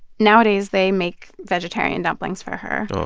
nowadays, they make vegetarian dumplings for her